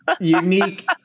unique